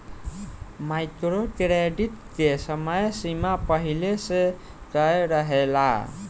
micro credit के समय सीमा पहिले से तय रहेला